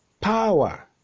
power